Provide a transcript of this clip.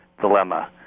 dilemma